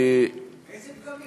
איזה פגמים?